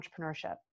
entrepreneurship